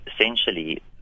essentially